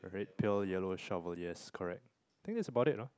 pale yellow shovel yes correct I think that's about it ah